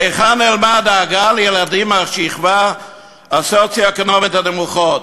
להיכן נעלמה הדאגה לילדים מהשכבות הסוציו-אקונומיות הנמוכות?